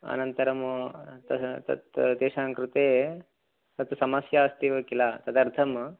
अनन्तरं तद् तत् तेषां कृते तत् समस्या अस्ति वा किल तदर्थम्